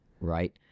right